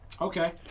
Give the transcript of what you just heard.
Okay